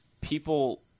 people